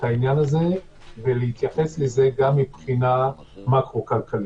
העניין הזה ולהתייחס לזה גם מבחינה מקרו כלכלית.